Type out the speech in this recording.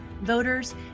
voters